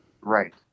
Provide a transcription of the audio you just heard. Right